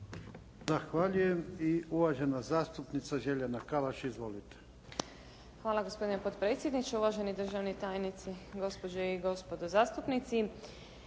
Zahvaljujem. I uvažena zastupnica Željana Kalaš. Izvolite. **Podrug, Željana (HDZ)** Hvala. Gospodine potpredsjedniče, uvaženi državni tajnici, gospođe i gospodo zastupnici.